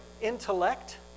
intellect